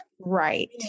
right